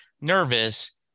nervous